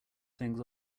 things